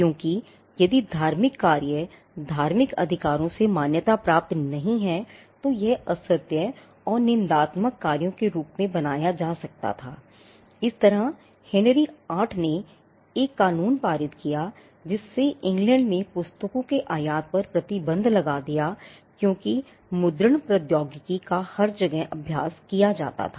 अब जब ये दो प्रौद्योगिकियां का हर जगह अभ्यास किया गया था